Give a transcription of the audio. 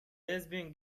lesbian